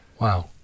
wow